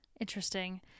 Interesting